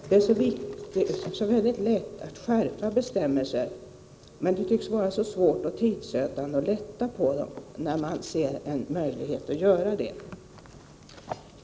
Fru talman! Det är så lätt att skärpa bestämmelser, men det tycks vara så svårt och tidsödande att lätta på dem när man ser en möjlighet att göra det.